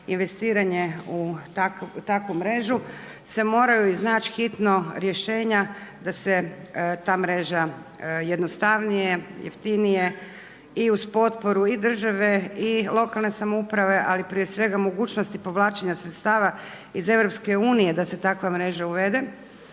investiranje u takvu mrežu, se moraju iznaći hitno rješenja da se ta mreža jednostavnije, jeftinije i uz potporu i države i lokalne samouprave, ali prije svega mogućnosti povlačenja sredstava iz EU da se takva mreža uvede,